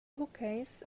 hookahs